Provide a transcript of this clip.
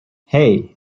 hey